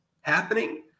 happening